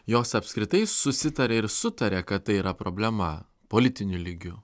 jos apskritai susitaria ir sutaria kad tai yra problema politiniu lygiu